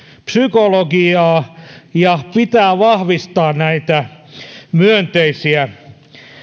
psykologiaa ja pitää vahvistaa näitä myönteisiä